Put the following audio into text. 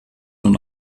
nun